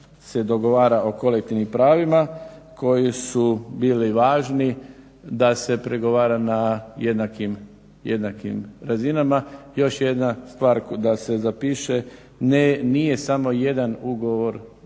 se dogovara o kolektivnim pravima koji su bili važni da se pregovara na jednakim razinama. Još jedna stvar da se zapiše, nije samo jedan ugovor